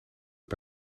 het